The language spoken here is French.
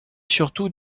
surtout